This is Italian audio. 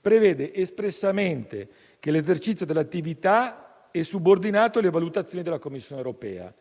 prevede espressamente che l'esercizio dell'attività è subordinato alle valutazioni della Commissione europea.